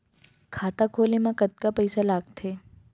खाता खोले मा कतका पइसा लागथे?